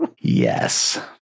Yes